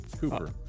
Cooper